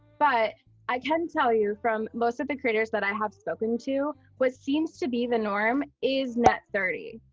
but i can tell you from most of the creators that i have spoken to, what seems to be the norm is net thirty.